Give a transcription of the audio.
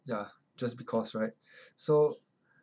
ya just because right so